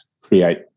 create